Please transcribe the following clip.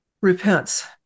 repents